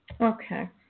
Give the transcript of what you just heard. Okay